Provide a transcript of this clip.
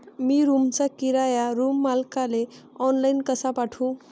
मी रूमचा किराया रूम मालकाले ऑनलाईन कसा पाठवू?